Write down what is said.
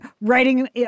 writing